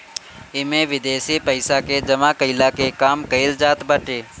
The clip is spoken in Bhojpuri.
इमे विदेशी पइसा के जमा कईला के काम कईल जात बाटे